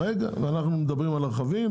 עכשיו אנחנו מדברים על רכבים,